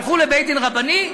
הלכו לבית-דין רבני,